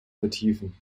vertiefen